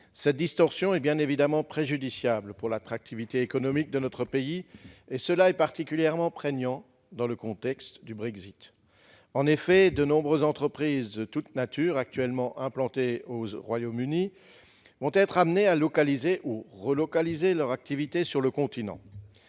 Cette distorsion est bien évidemment préjudiciable à l'attractivité économique de notre pays. Cela est particulièrement prégnant dans le contexte du Brexit. En effet, de nombreuses entreprises de toute nature, actuellement implantées au Royaume-Uni, vont être amenées à localiser ou relocaliser leur activité sur le continent.